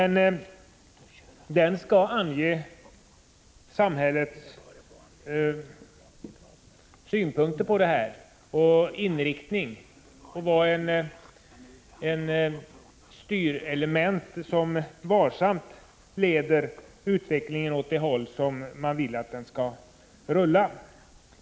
I denna skall anges vilka synpunkter samhället anlägger på skogsanvändningen, och den skall vara ett styrinstrument som varsamt leder utvecklingen åt det håll som man vill att den skall gå.